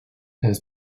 has